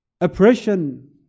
Oppression